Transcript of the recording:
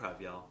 y'all